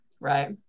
Right